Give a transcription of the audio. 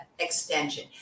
extension